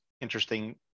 interesting